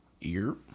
Ear